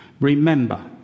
remember